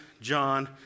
John